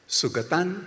sugatan